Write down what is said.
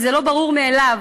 וזה לא ברור מאליו.